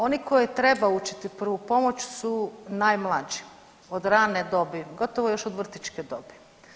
Oni koje treba učiti prvu pomoć su najmlađi od rane dobi, gotovo još od vrtićke dobi.